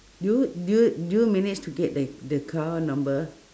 do you do you do you managed to get the the car number